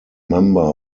member